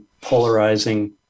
polarizing